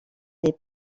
les